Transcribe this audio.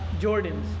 Jordans